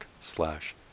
slash